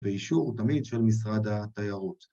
‫באישור תמיד של משרד התיירות.